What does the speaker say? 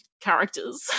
characters